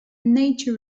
nature